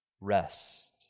Rest